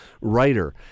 writer